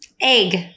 Egg